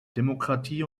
demokratie